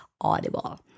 Audible